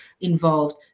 involved